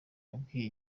yabwiye